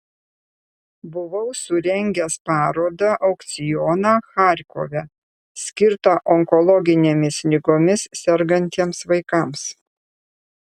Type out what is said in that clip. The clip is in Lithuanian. buvau surengęs parodą aukcioną charkove skirtą onkologinėmis ligomis sergantiems vaikams